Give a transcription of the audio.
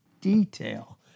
detail